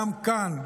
גם כאן,